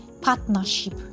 partnership